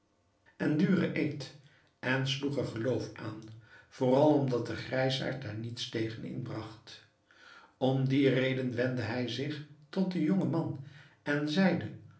en duren eed en sloeg er geloof aan vooral omdat de grijsaard daar niets tegen inbragt om die reden wendde hij zich tot den jongen man en zeide